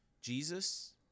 jesus